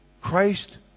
Christ